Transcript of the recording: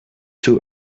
too